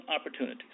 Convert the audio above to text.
opportunities